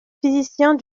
physiciens